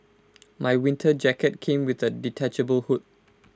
my winter jacket came with A detachable hood